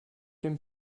dem